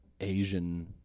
Asian